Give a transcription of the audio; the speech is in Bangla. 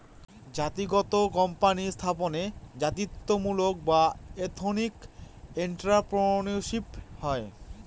জাতিগত কোম্পানি স্থাপনে জাতিত্বমূলক বা এথেনিক এন্ট্রাপ্রেনিউরশিপ হয়